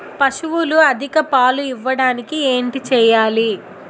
పశువులు అధిక పాలు ఇవ్వడానికి ఏంటి చేయాలి